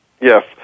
Yes